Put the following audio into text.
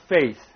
faith